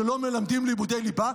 שלא מלמדים לימודי ליבה?